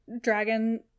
dragon